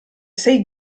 sei